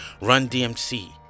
Run-DMC